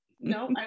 no